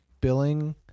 billing